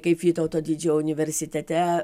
kaip vytauto didžiojo universitete